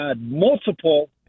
multiple